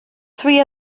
three